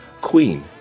Queen